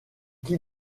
qui